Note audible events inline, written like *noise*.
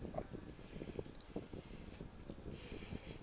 ah *breath* *noise* *breath*